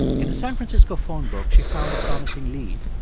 in the san francisco phone book, she found a promising lead.